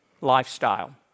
lifestyle